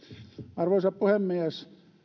arvoisa puhemies